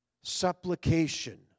supplication